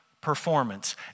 performance